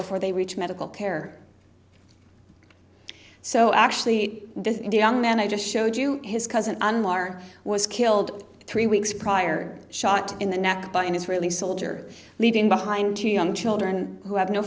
before they reach medical care so actually this indian man i just showed you his cousin was killed three weeks prior shot in the neck by an israeli soldier leaving behind two young children who have no